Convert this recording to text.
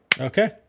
Okay